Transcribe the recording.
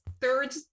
third